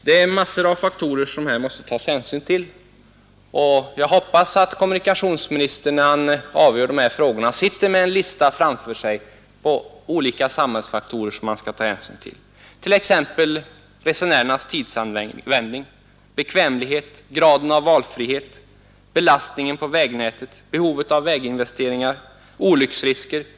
Det är massor av faktorer som man här måste ta hänsyn till, och jag hoppas att kommunikationsministern, när han avgör dessa frågor, sitter med en lista framför sig över olika samhällsfaktorer som han skall beakta, t.ex. resenärernas tidsanvändning, bekvämlighet och grad av valfrihet, belastningen på vägnätet, behovet av väginvesteringar, olycksrisker.